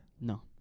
No